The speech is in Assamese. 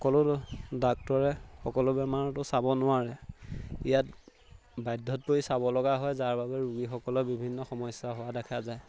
সকলো ডাক্তৰে সকলো বেমাৰতো চাব নোৱাৰে ইয়াত বাধ্যত পৰি চাব লগা হয় যাৰ বাবে ৰোগীসকলৰ বিভিন্ন সমস্যা হোৱা দেখা যায়